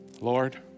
Lord